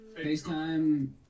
FaceTime